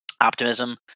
optimism